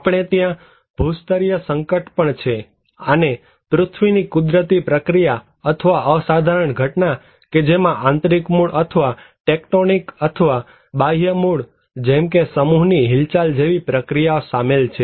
આપણે ત્યાં ભૂસ્તરીય સંકટ પણ છે આને પૃથ્વીની કુદરતી પ્રક્રિયા અથવા અસાધારણ ઘટના કે જેમાં આંતરિક મૂળ અથવા ટેક્ટોનિક અથવા બાહ્ય મૂળ જેમ કે સમૂહ ની હિલચાલ જેવી પ્રક્રિયાઓ શામેલ છે